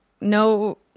No